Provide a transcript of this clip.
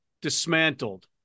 dismantled